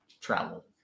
travel